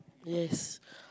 yes